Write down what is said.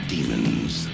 Demons